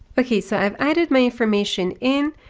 okay, so i've added my information in.